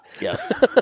Yes